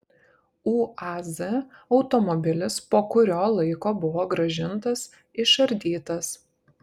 uaz automobilis po kurio laiko buvo grąžintas išardytas